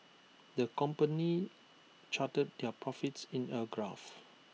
the company charted their profits in A graph